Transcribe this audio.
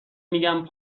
میگن